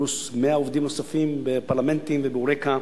פלוס 100 עובדים נוספים בפרלמנטים וב"יוריקה",